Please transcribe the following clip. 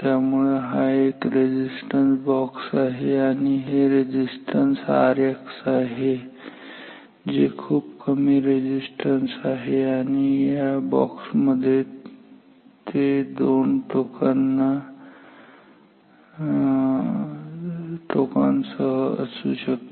त्यामुळे हा एक रेझिस्टन्स बॉक्स आहे आणि हे रेझिस्टन्स Rx आहे जे खूप कमी रेझिस्टन्स आहे आणि या बॉक्समध्ये ते दोन टोकांना सहा असू शकते